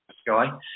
sky